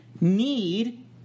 need